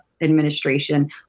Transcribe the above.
administration